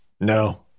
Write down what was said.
No